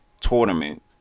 Tournament